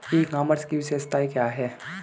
ई commerce की विशेषताएं क्या हैं?